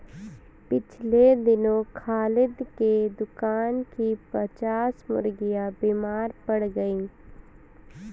पिछले दिनों खालिद के दुकान की पच्चास मुर्गियां बीमार पड़ गईं